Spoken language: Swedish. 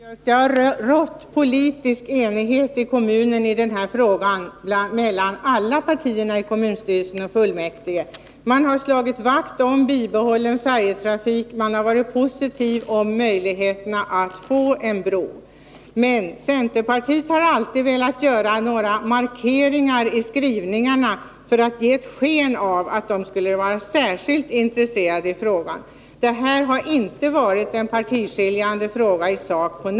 Herr talman! Det har, Gunnar Björk i Gävle, rått politisk enighet i kommunen i denna fråga mellan alla partier i kommunstyrelsen och fullmäktige. Man har slagit vakt om färjetrafiken och velat bibehålla den. Man har också varit positiv när det gäller möjligheterna att få en bro. Men centerpartisterna har alltid velat göra några markeringar i skrivningarna för att ge sken av att de skulle vara särskilt intresserade av denna fråga. Detta har alltså inte varit en partiskiljande fråga i sak.